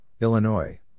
Illinois